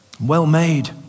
well-made